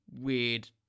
weird